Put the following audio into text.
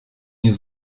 nie